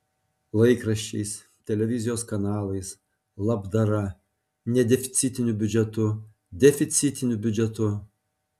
laikraščiais televizijos kanalais labdara nedeficitiniu biudžetu deficitiniu biudžetu